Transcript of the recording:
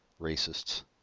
Racists